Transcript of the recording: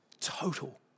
total